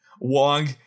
Wong